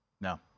No